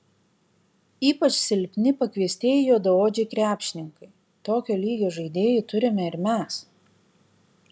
ypač silpni pakviestieji juodaodžiai krepšininkai tokio lygio žaidėjų turime ir mes